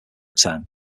term